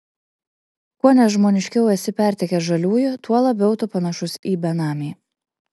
kuo nežmoniškiau esi pertekęs žaliųjų tuo labiau tu panašus į benamį